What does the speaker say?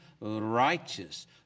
righteous